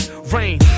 rain